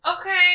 Okay